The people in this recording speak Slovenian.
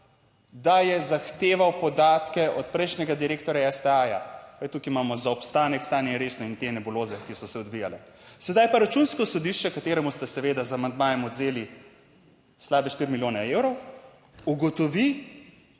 da je zahteval podatke od prejšnjega direktorja STA. Tukaj imamo zaobstanek, stanje je resno in te nebuloze, ki so se odvijale. Sedaj pa Računsko sodišče, kateremu ste seveda z amandmajem odvzeli slabe štiri milijone evrov, ugotovi,